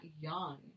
young